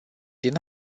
din